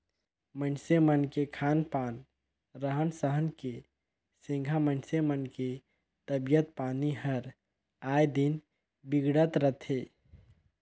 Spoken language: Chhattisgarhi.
मइनसे मन के खान पान, रहन सहन के सेंधा मइनसे मन के तबियत पानी हर आय दिन बिगड़त रथे